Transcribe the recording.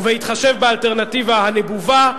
ובהתחשב באלטרנטיבה הנבובה,